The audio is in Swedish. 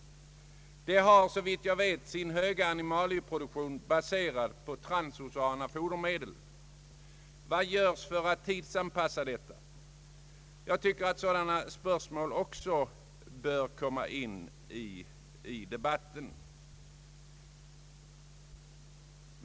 Det har, såvitt jag vet, sin höga animalieproduktion baserad på transoceana fodermedel. Vad görs för att »tidsanpassa» denna produktion? Jag tycker att sådana spörsmål också bör komma in i debatten.